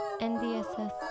NDSS